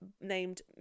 named